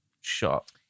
shot